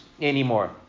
anymore